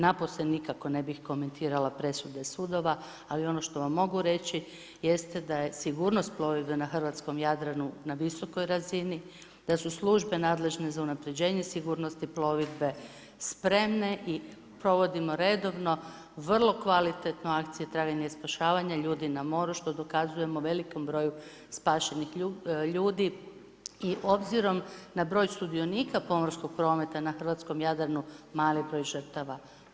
Na posljednje nikako ne bih komentirala presude sudova, ali ono što vam mogu reći, jeste da je sigurnost plovidbe na hrvatskom Jadranu na visokoj razini, da su službe nadležne za unapređenje sigurnosti plovidbe spremne i provodimo redovno vrlo kvalitetno akcije … spašavanje ljudi na moru, što dokazujemo velikom broju spašenih ljudi i obzirom na broj sudionika pomorskog prometa na hrvatskom Jadranu, mali je broj žrtava.